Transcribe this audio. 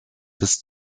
bis